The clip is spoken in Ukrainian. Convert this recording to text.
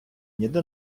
ніде